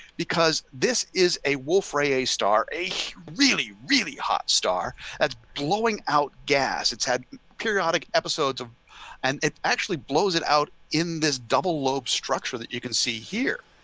because this is a wolf array, a star, a really, really hot star that's blowing out gas. it's had periodic episodes of and it actually blows it out in this double lobe structure that you can see here.